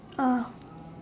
oh